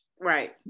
right